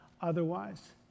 otherwise